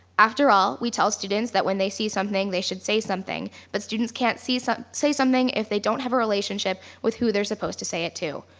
after all, we tell students that when they see something they should say something, but students can't so say something if they don't have a relationship with who they are supposed to say it to.